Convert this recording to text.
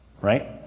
right